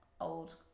old